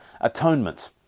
Atonement